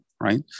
right